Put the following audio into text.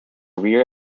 rear